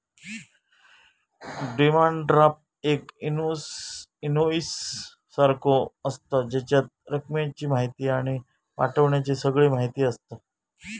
demand draft एक invoice सारखो आसता, जेच्यात रकमेची म्हायती आणि पाठवण्याची सगळी म्हायती आसता